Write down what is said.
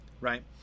right